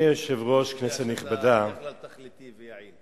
אני יודע שאתה תכליתי ויעיל.